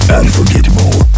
Unforgettable